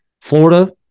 Florida